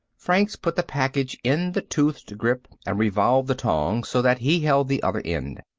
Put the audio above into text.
franks put the package in the toothed grip and revolved the tong so that he held the other end.